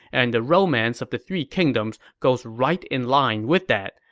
and the romance of the three kingdoms goes right in line with that.